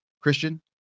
Christian